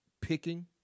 picking